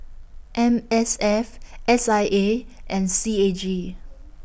M S F S I A and C A G